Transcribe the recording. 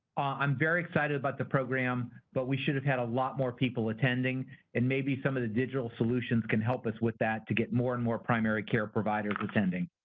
i'm very excited about but the program but we should have had a lot more people attending and maybe some of the digital solutions can help us with that to get more and more primary care providers attending.